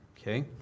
okay